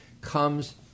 comes